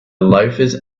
loafers